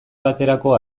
baterako